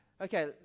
Okay